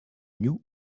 new